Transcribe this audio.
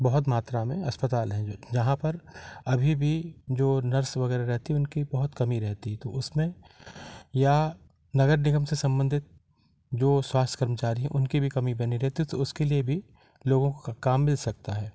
बहुत मात्रा में अस्पताल हैं जहाँ पर अभी भी जो नर्स वगैरह रहती उनकी बहुत कमी रहती है तो उसमें या नगर निगम से सम्बन्धित जो स्वास्थ कर्मचारी हैं उनके भी कमी बनी रहेती तो उसके लिए भी लोगों काे काम मिल सकता है